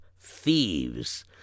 thieves